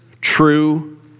true